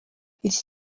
iki